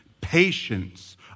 patience